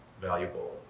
valuable